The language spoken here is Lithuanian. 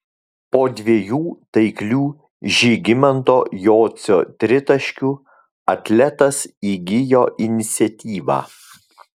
po dviejų taiklių žygimanto jocio tritaškių atletas įgijo iniciatyvą